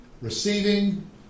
receiving